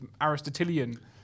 Aristotelian